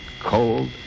cold